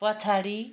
पछाडि